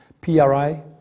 PRI